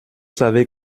savez